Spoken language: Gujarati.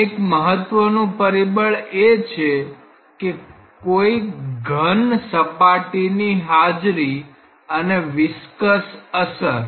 એક મહત્વનું પરિબળ એ છે કે કોઈ ઘન સપાટીની હાજરી અને વિસ્કસ અસર